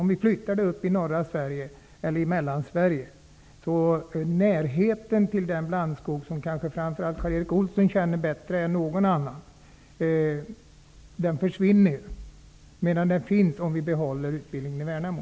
Om vi flyttar utbildningen till norra Sverige eller till Mellansverige försvinner ju närheten till den blandskog som Karl Erik Olsson kanske känner bättre än någon annan, medan den finns om vi behåller utbildningen i Värnamo.